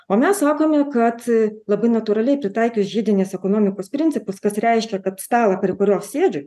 o mes sakome kad labai natūraliai pritaikius žiedinės ekonomikos principus kas reiškia kad stalą prie kurio aš sėdžiu